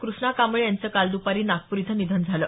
कृष्णा कांबळे यांचं काल द्पारी नागपूर इथं निधन झालं